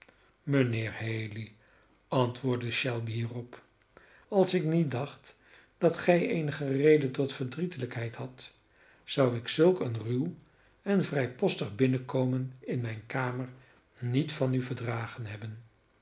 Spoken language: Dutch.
mijnheer haley antwoordde shelby hierop als ik niet dacht dat gij eenige reden tot verdrietelijkheid hadt zou ik zulk een ruw en vrijpostig binnenkomen in mijne kamer niet van u verdragen hebben